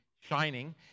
shining